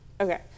Okay